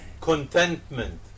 Contentment